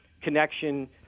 connection